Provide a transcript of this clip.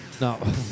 No